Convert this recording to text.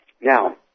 Now